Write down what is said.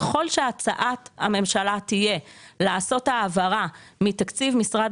ככל שהצעת הממשלה תהיה לעשות העברה מתקציב משרד